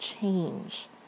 change